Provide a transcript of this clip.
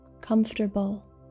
comfortable